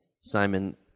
Simon